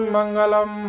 Mangalam